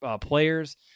players